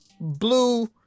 blue